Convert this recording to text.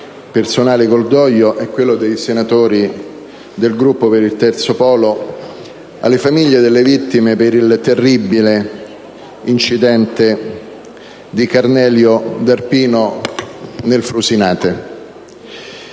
personale cordoglio e quello dei senatori del Gruppo Per il Terzo Polo alle famiglie delle vittime per il terribile incidente di Carnello di Arpino, nel frusinate.